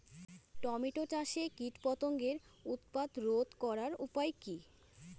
Tomato চাষে কীটপতঙ্গের উৎপাত রোধ করার উপায় কী?